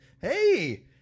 Hey